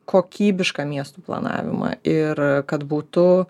kokybišką miestų planavimą ir kad būtų